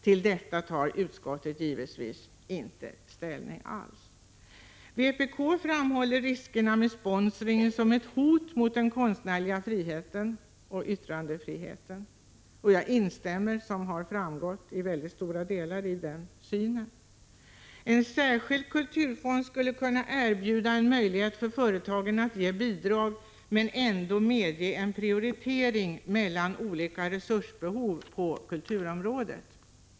Till detta tar utskottet givetvis inte alls ställning. Vpk framhåller riskerna med sponsringen, bl.a. att den kan ses som ett hot mot den konstnärliga friheten och yttrandefriheten. Jag instämmer, som har framgått, till stora delar i den synen. En särskild kulturfond däremot skulle kunna erbjuda en möjlighet för företagen att ge bidrag men ändå tillåta en prioritering mellan olika resursbehov på kulturområdet.